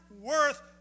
worth